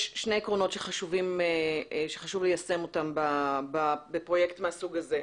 יש שני עקרונות שחשוב ליישם אותם בפרויקט מהסוג הזה.